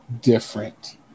different